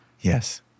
Yes